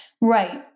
Right